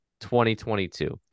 2022